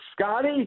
Scotty